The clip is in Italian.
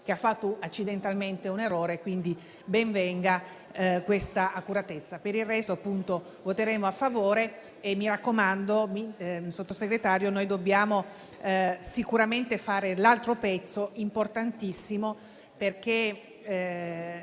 che ha compiuto accidentalmente un errore. Quindi ben venga questa accuratezza. Ribadisco che voteremo a favore. Mi raccomando, signor Sottosegretario, perché dobbiamo sicuramente fare l'altro pezzo importantissimo, perché